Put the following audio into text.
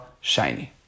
shiny